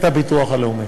זה יהיה הביטוח הלאומי.